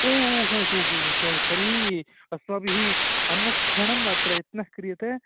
ओ हो हो हो त् तर्हि अस्माभिः अनुक्षणम् अत्र यत्नः क्रियते